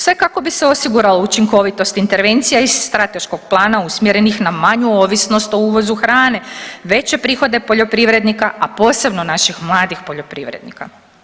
Sve kako bi se osiguralo učinkovitost intervencija iz strateškog plana usmjerenih na manju ovisnost o uvozu hrane, veće prihode poljoprivrednika, a posebno naših mladih poljoprivrednika.